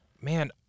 Man